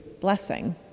blessing